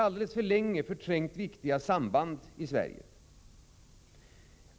Alldeles för länge har viktiga samband förträngts i Sverige.